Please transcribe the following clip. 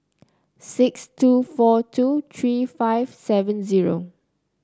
six two four two three five seven zero